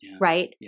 right